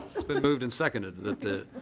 it's been moved and seconded, that the